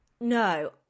No